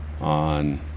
on